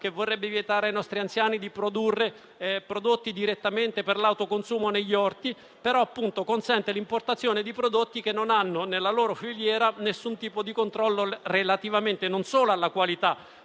che vorrebbe vietare ai nostri anziani di produrre direttamente per l'autoconsumo negli orti e che però consente l'importazione di prodotti che nella loro filiera non hanno alcun tipo di controllo relativamente non solo alla loro qualità,